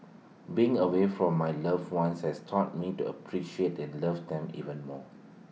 being away from my loved ones has taught me to appreciate and love them even more